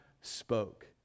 spoke